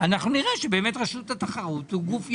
אנחנו נראה שבאמת רשות התחרות הוא גוף יעיל.